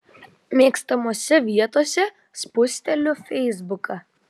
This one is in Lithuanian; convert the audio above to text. mėgstamose vietose spusteliu feisbuką